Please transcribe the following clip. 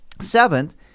Seventh